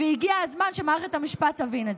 והגיע הזמן שמערכת המשפט תבין את זה.